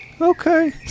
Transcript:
Okay